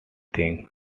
think